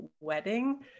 wedding